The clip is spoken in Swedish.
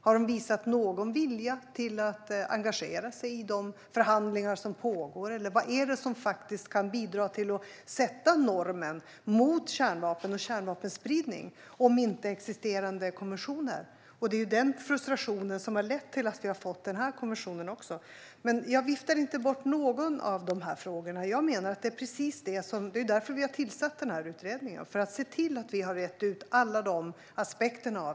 Har de visat någon vilja att engagera sig i de förhandlingar som pågår? Vad är det som faktiskt kan bidra till att sätta normen mot kärnvapen och kärnvapenspridning om inte existerande konventioner? Det är den frustrationen som har lett till att vi har fått den här konventionen. Jag viftar inte bort någon av de här frågorna. Jag menar att det är precis därför vi har tillsatt den här utredningen - för att se till att vi har rett ut alla de aspekterna.